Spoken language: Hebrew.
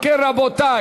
אם כן, רבותי,